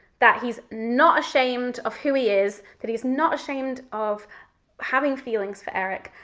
that he's not ashamed of who he is, that he's not ashamed of having feelings for eric,